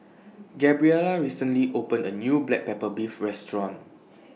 Gabriela recently opened A New Black Pepper Beef Restaurant